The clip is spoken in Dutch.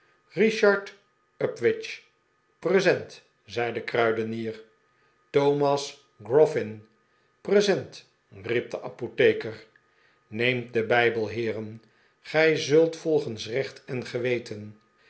richard up witch present zei de kruidenier thomas groffin present riep de apotheker neemt den bijbel heeren gij zult volgens recht en geweten